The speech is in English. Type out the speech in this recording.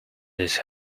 this